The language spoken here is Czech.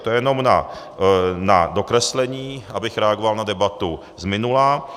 To jenom na dokreslení, abych reagoval na debatu z minula.